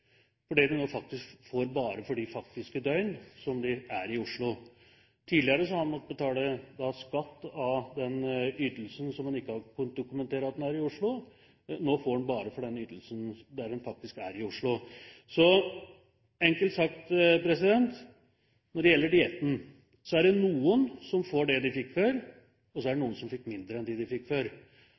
før fordi de nå får bare for de døgn som de faktisk er i Oslo. Tidligere har man måttet betale skatt av den ytelsen når man ikke har kunnet dokumentere at man er i Oslo, nå får man bare for den ytelsen der man faktisk er i Oslo. Enkelt sagt når det gjelder dietten: Noen får det de fikk før, og noen får mindre enn det de fikk før.